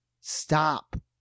stop